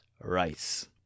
rice